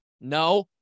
No